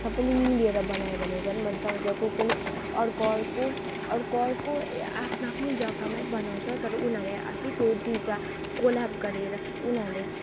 सबैले मिलेर बनायो भने झन् मजा आउँछ कसकसले अर्को अर्को अर्को अर्को आफ्नो आफ्नो जग्गामै बनाउँछ तर उनीहरूले आफै त्यो दुईवटा कोल्याब गरेर उनीहरूले